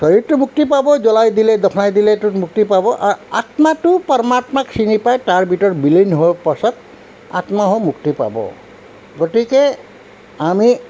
শৰীৰটো মুক্তি পাবই জ্বলাই দিলে দফনাই দিলেতো মুক্তি পাব আত্মাটো পৰ্মাত্মাক চিনি পায় তাৰ ভিতৰত বিলীন হোৱাৰ পাছত আত্মাও মুক্তি পাব গতিকে আমি